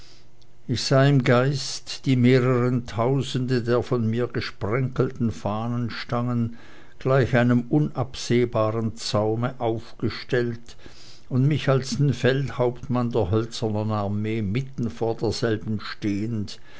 ich sah im geiste die mehreren tausende der von mir gesprenkelten fahnenstecken gleich einem unabsehbaren zaune aufgestellt und mich als den feldhauptmann der hölzernen armee mitten vor derselben stehend